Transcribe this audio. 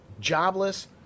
jobless